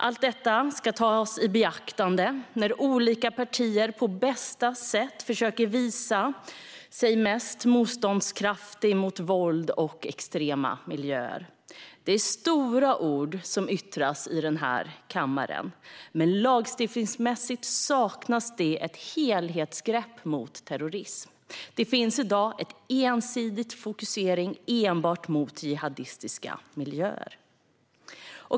Allt detta ska tas i beaktande när olika partier på bästa sätt försöker visa sig mest motståndskraftiga mot våld och extrema miljöer. Det är stora ord som yttras i den här kammaren, men lagstiftningsmässigt saknas ett helhetsgrepp mot terrorism. Det finns i dag en ensidig fokusering på jihadistiska miljöer.